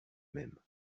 même